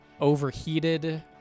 overheated